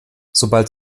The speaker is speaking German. sobald